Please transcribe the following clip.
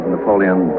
Napoleon